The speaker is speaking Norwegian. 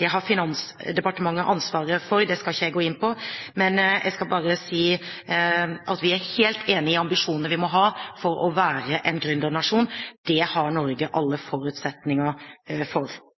Det har Finansdepartementet ansvaret for. Det skal ikke jeg gå inn på, men jeg skal bare si at vi er helt enig i ambisjonene vi må ha for å være en gründernasjon. Det har Norge alle